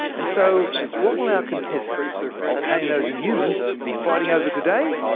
and so what will our contestants, volcanoes and humans, be fighting over today?